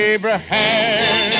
Abraham